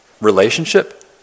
relationship